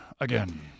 again